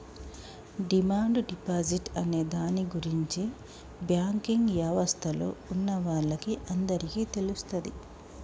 demand deposit అనే దాని గురించి బ్యాంకింగ్ యవస్థలో ఉన్నవాళ్ళకి అందరికీ తెలుస్తది